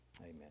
Amen